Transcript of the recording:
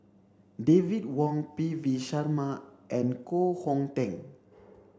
David Wong P V Sharma and Koh Hong Teng